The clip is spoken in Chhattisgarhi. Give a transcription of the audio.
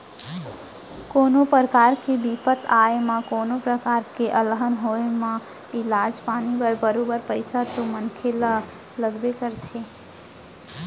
कोनो परकार के बिपत आए म कोनों प्रकार के अलहन होय म इलाज पानी बर बरोबर पइसा तो मनसे ल लगबे करथे